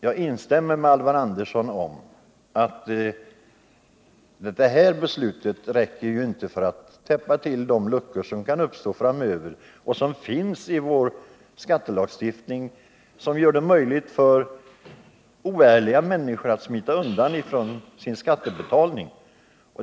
Jag instämmer med Alvar Andersson om att det här beslutet inte räcker för att täppa till de luckor som kan uppstå framöver i vår skattelagstiftning och som möjliggör för oärliga människor att smita undan sina skatter.